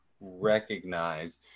recognize